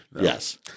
Yes